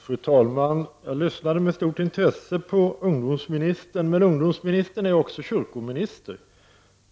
Fru talman! Jag lyssnade med stort intresse på ungdomsministern. Men ungdomsministern är också kyrkominister.